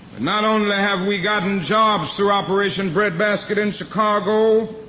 not only have we gotten jobs through operation breadbasket in chicago